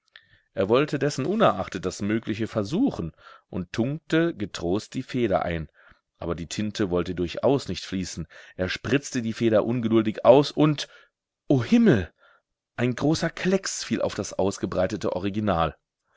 er wollte dessen unerachtet das mögliche versuchen und tunkte getrost die feder ein aber die tinte wollte durchaus nicht fließen er spritzte die feder ungeduldig aus und o himmel ein großer klecks fiel auf das ausgebreitete original